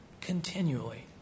continually